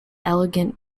elegant